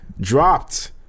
dropped